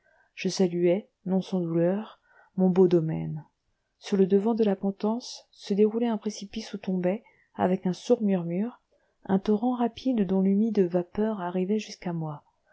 je saluai non sans douleur mon beau domaine sur le devant de la potence se déroulait un précipice où tombait avec un sourd murmure un torrent rapide dont l'humide vapeur arrivait jusqu'à moi